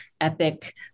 epic